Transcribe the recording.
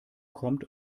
kommt